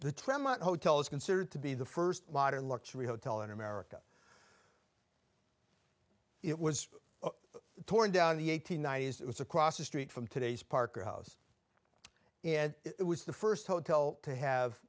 the hotel is considered to be the first modern luxury hotel in america it was torn down the eight hundred ninety s it was across the street from today's parker house and it was the first hotel to have